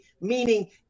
meaning